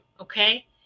okay